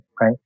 right